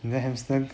你的 hamster